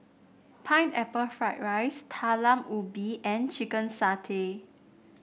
Pineapple Fried Rice Talam Ubi and Chicken Satay